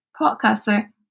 podcaster